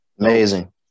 Amazing